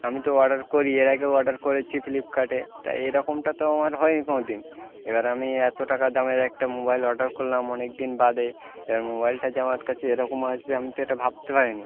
আমি তো অর্ডার করি এর আগেও অর্ডার করেছি ফ্লিপকার্টে তা এরকমটা তো আমার হয় নি কোনোদিন এবার আমি এত টাকা দামের একটা মোবাইল অর্ডার করলাম অনেকদিন বাদে এবার মোবাইলটা যে আমার কাছে এরকম আসবে আমি তো এটা ভাবতে পারি নি